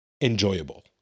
enjoyable